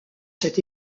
cet